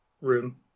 room